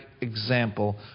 example